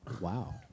Wow